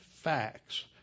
facts